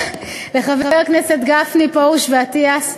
לחבר הכנסת גפני, פרוש ואטיאס,